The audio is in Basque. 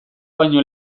baino